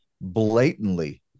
blatantly